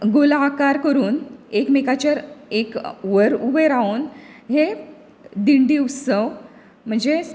गोलाकार करून एकमेकाचेर एक वयर उबे रावुन हे दिंडी उत्सव म्हणजेच